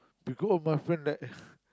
because of my friend let